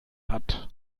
hat